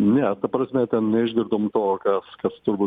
ne ta prasme ten neišgirdom to kas kas turbūt